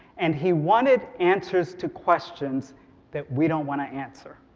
and he wanted answers to questions that we don't want to answer.